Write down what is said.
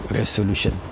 resolution